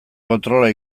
kontrola